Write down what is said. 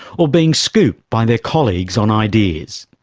or being scooped by their colleagues on ideas.